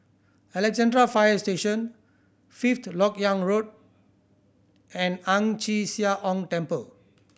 Alexandra Fire Station Fifth Lok Yang Road and Ang Chee Sia Ong Temple